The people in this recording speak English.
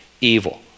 evil